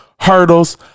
Hurdles